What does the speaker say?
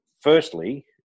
Firstly